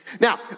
Now